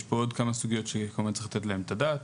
יש פה עוד כמה סוגיות שכמובן צריך לתת עליהן את הדעת,